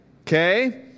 Okay